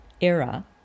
era